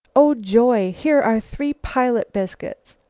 oh, joy! here are three pilot biscuits!